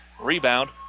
Rebound